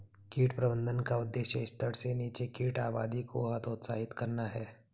कीट प्रबंधन का उद्देश्य स्तर से नीचे कीट आबादी को हतोत्साहित करना है